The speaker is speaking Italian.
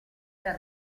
era